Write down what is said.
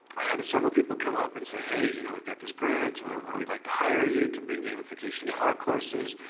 i had several people come up and say, hey, you know we've got this grant or or we'd like to hire you to bring gamification to our courses.